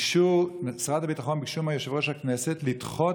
משרד הביטחון ביקש מיושב-ראש הכנסת לדחות